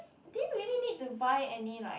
didn't really need to buy any like